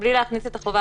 בלי להכניס את החובה